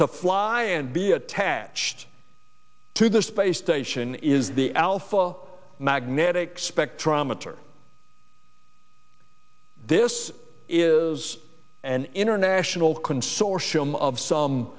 to fly and be attached to the space station is the alpha magnetic spectrometer this is an international consortium of some